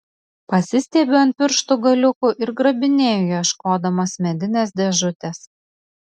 pasistiebiu ant pirštų galiukų ir grabinėju ieškodamas medinės dėžutės